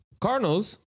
Cardinals